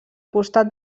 costat